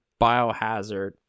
biohazard